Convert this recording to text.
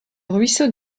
ruisseau